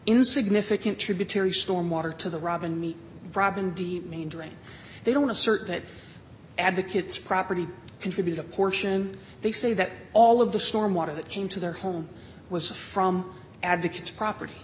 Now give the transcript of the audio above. in significant tributary stormwater to the robin meade robin de main drain they don't assert that advocates property contribute a portion they say that all of the storm water that came to their home was from advocates property